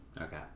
Okay